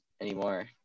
anymore